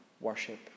worship